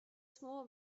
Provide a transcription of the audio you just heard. små